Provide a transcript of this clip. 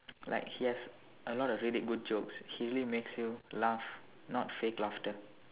like he has a lot of really good jokes he really makes you laugh not fake laughter